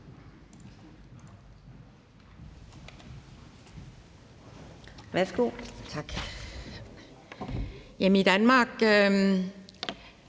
Værsgo. Kl.